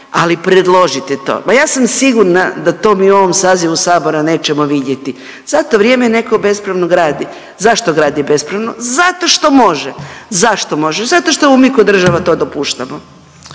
ali predložite to. Ja sam sigurna da to mi u ovom sazivu Sabora nećemo vidjeti. Za to vrijeme netko bespravno gradi. Zašto gradi bespravno? Zato što može. Zašto može? Zato što mu mi kao država to dopuštamo.